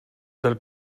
del